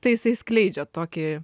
tai jisai skleidžia tokį